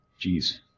Jeez